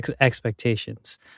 expectations